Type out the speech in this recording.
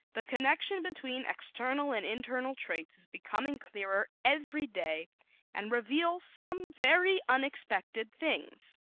the connection between external and internal traits is becoming clearer every day and reveals some very unexpected things.